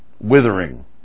Withering